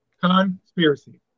Conspiracy